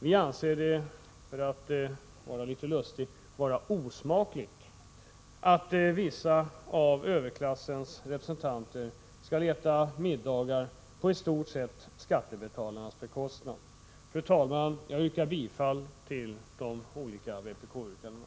Vi anser det — för att vara litet lustig — osmakligt” att vissa av överklassens representanter skall äta middagar på i stort sett skattebetalarnas bekostnad. Fru talman! Jag yrkar bifall till vpbk-motionerna.